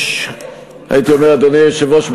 אדוני היושב-ראש,